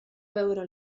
veure